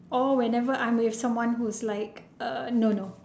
or whenever I'm with someone who's like a no no